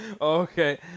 Okay